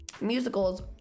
musicals